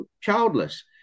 childless